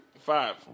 Five